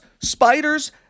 spiders